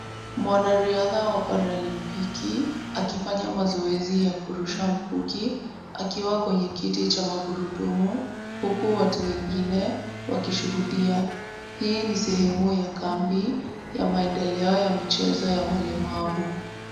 Mwanariadha wa paralimpiki akifanya mazoezi ya kurusha mkuki akiwa kwenye kiti cha magurudumu huku watu wengine wakishuhudia. Hii ni sehemu ya kambi ya maendeleo ya michezo ya walemavu.